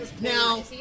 Now